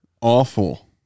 awful